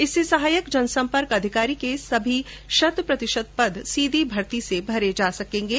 इससे सहायक जनसम्पर्क अधिकारी के सभी शत प्रतिशत पद सीधी भर्ती से भरे जा सकेंगे